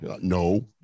No